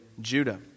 Judah